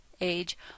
age